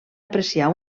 apreciar